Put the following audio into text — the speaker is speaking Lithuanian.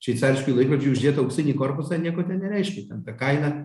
šveicariškui laikrodžiui uždėt auksinį korpusą nieko ten nereiškia ten ta kaina